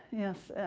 yes,